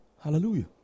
Hallelujah